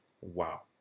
Wow